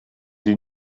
die